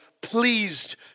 pleased